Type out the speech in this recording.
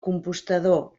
compostador